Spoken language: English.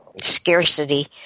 scarcity